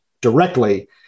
directly